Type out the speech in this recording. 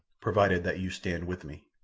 provided that you stand with me.